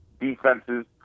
defenses